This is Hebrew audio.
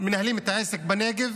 מנהלים את העסק בנגב,